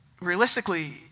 realistically